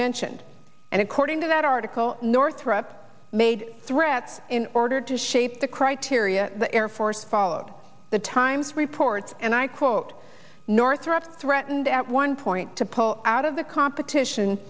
mentioned and according to that article northrop made threats in order to shape the criteria the air force followed the times reports and i quote northrop threatened at one point to pull out of the competition